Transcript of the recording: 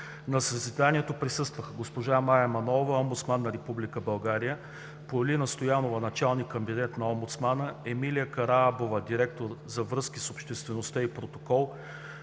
На заседанието присъстваха госпожа Мая Манолова – омбудсман на Република България, Полина Стоянова – началник кабинет на омбудсмана, Емилия Караабова – директор „Връзки с обществеността и протокол“,